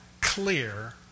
clear